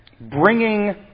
Bringing